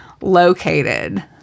located